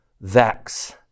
vex